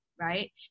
right